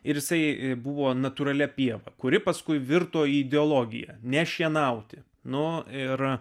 ir jisai buvo natūralia pieva kuri paskui virto ideologija nešienauti nuo ir